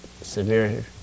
severe